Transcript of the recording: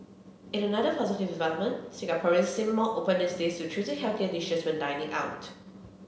in another positive development Singaporeans seem more open these days to choosing healthier dishes when dining out